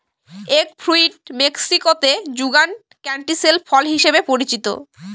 egg fruit মেক্সিকোতে যুগান ক্যান্টিসেল ফল হিসাবে পরিচিত